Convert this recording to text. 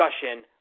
discussion